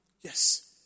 Yes